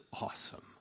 awesome